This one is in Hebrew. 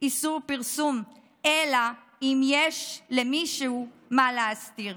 איסור פרסום אלא אם כן יש למישהו מה להסתיר.